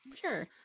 Sure